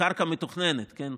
קרקע מתוכננת, כן?